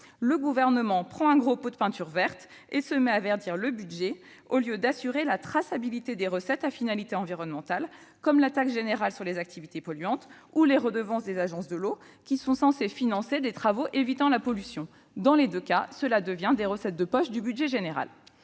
Le Gouvernement prend un gros pot de peinture verte et se met à verdir le budget, au lieu d'assurer la traçabilité des recettes à finalité environnementale, comme la taxe générale sur les activités polluantes (TGAP) ou les redevances des agences de l'eau, qui sont censées financer des travaux évitant la pollution. Dans les deux cas, cela devient des recettes de poche du budget général.